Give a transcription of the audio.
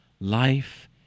Life